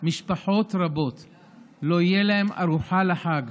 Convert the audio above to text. לא תהיה ארוחה לחג.